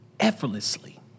effortlessly